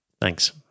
Thanks